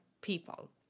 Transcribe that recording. people